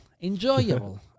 enjoyable